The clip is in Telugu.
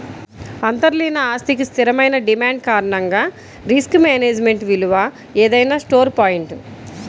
అంతర్లీన ఆస్తికి స్థిరమైన డిమాండ్ కారణంగా రిస్క్ మేనేజ్మెంట్ విలువ ఏదైనా స్టోర్ పాయింట్